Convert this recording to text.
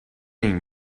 این